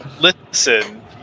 Listen